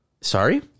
Sorry